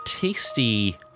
tasty